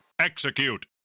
execute